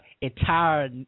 entire